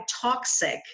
toxic